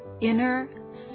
Inner